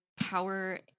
power